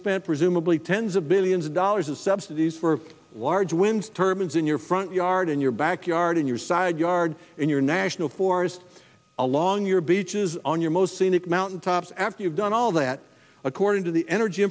spent presumably tens of billions of dollars in subsidies for large wind turbines in your front yard in your backyard in your side yard in your national forests along your beaches on your most scenic mountain tops after you've done all that according to the energy